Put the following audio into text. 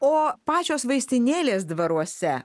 o pačios vaistinėlės dvaruose